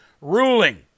ruling